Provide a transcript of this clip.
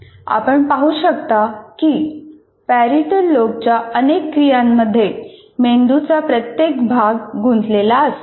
आपण पाहू शकता की पॅरीटल लोबच्या अनेक क्रियांमध्ये मेंदूचा प्रत्येक भाग गुंतलेला असतो